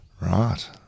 Right